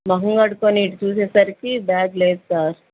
మొహం కడుక్కొని చూసేసరికి బ్యాగు లేదు సార్